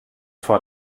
vor